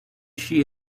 she